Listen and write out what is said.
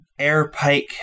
Airpike